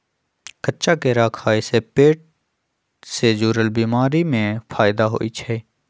कच्चा केरा खाय से पेट से जुरल बीमारी में फायदा होई छई